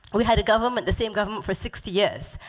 we had a government, the same government for sixty years.